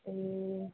ए